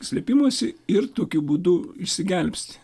slėpimosi ir tokiu būdu išsigelbsti